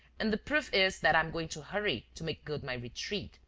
and the proof is that i am going to hurry to make good my retreat.